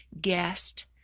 guest